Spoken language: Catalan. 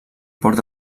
port